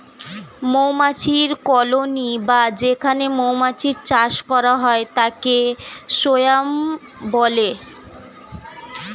মৌমাছির কলোনি বা যেখানে মৌমাছির চাষ করা হয় তাকে সোয়ার্ম বলে